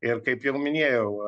ir kaip jau minėjau